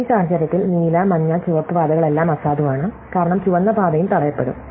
ഈ സാഹചര്യത്തിൽ നീല മഞ്ഞ ചുവപ്പ് പാതകളെല്ലാം അസാധുവാണ് കാരണം ചുവന്ന പാതയും തടയപ്പെടും